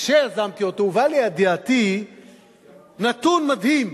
כשיזמתי אותו הובא לידיעתי נתון מדהים,